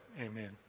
Amen